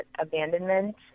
abandonment